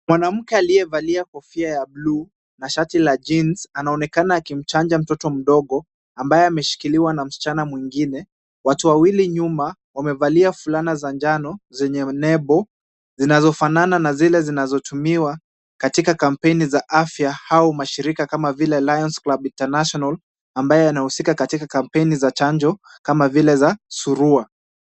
Mwanamke aliyevalia kofia ya buluu na shati la jeans anaonekana akimchanja mtoto mdogo ambaye ameshikiliwa na msichana mwingine. Watu wawili nyuma wamevalia fulana za njano zenye nembo zinazofanana na zile zinazotumiwa katika kampeni za afya au mashirika kama vile Lions Club International ambayo yanahusika katika kampeni za chanjo kama vile za surua.